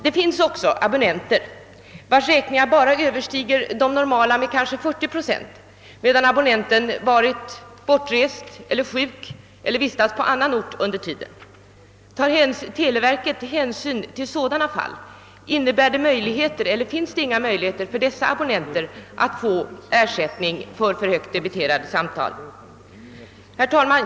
Det finns också abonnenter vilkas räkningar överstiger de normala med kanske bara 40 procent, trots att abonnenten under tiden varit bortrest, sjuk, eller vistats på annan ort. Tar televerket hänsyn till sådana fall eller finns det inga möjligheter för dessa abonnenter att få ersättning för för hög debitering? Herr talman!